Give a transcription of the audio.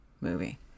movie